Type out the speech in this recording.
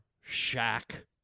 shack